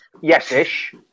yes-ish